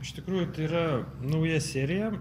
iš tikrųjų tai yra nauja serija